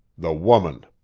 the woman!